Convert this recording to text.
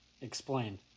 Explain